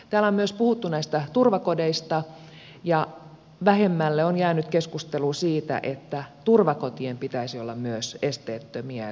täällä on puhuttu myös turvakodeista ja vähemmälle on jäänyt keskustelu siitä että myös turvakotien pitäisi olla esteettömiä